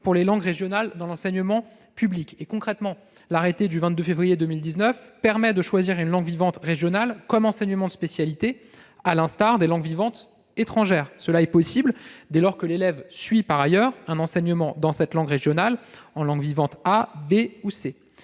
pour les langues régionales dans l'enseignement public. L'arrêté du 22 février 2019 permet de choisir une langue vivante régionale comme enseignement de spécialité, au même titre qu'une langue vivante étrangère. C'est possible dès lors que l'élève suit par ailleurs un enseignement dans cette langue régionale en langue vivante A, B ou C.